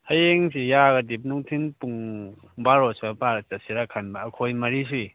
ꯍꯌꯦꯡꯁꯤ ꯌꯥꯔꯒꯗꯤ ꯅꯨꯡꯊꯤꯟ ꯄꯨꯡ ꯕꯥꯔꯣ ꯁ꯭ꯋꯥꯏ ꯃꯄꯥꯁꯤꯗ ꯆꯠꯁꯤꯔꯥ ꯈꯟꯕ ꯑꯩꯈꯣꯏ ꯃꯔꯤꯁꯤ ꯁꯨꯏ